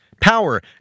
power